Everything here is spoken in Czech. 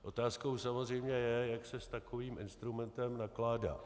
Otázkou samozřejmě je, jak se s takovým instrumentem nakládá.